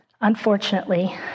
Unfortunately